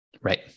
Right